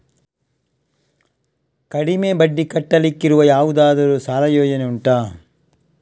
ಕಡಿಮೆ ಬಡ್ಡಿ ಕಟ್ಟಲಿಕ್ಕಿರುವ ಯಾವುದಾದರೂ ಸಾಲ ಯೋಜನೆ ಉಂಟಾ